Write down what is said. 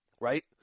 right